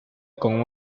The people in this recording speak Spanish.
con